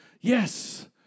yes